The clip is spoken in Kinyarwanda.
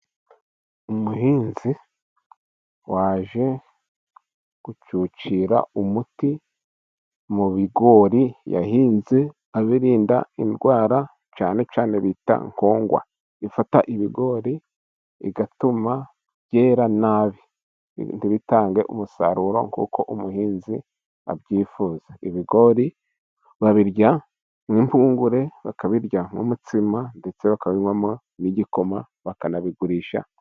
Umuhinzi waje gucucira umuti mu bigori yahinze, abirinda indwara cyane cyane bita nkongwa, ifata ibigori igatuma byera nabi, ntibitange umusaruro nk'uko umuhinzi abyifuza. Ibigori babirya nk'impungure, bakabirya nk'umutsima, ndetse bakabinywamo n'igikoma, bakanabigurisha.